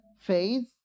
faith